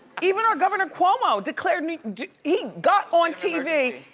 even our governor cuomo declared, he got on tv.